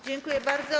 Dziękuję bardzo.